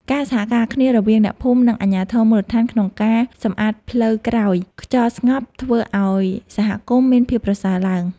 ការសហការគ្នារវាងអ្នកភូមិ និងអាជ្ញាធរមូលដ្ឋានក្នុងការសម្អាតផ្លូវក្រោយខ្យល់ស្ងប់ធ្វើឱ្យសហគមន៍មានភាពប្រសើរឡើង។